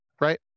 right